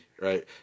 right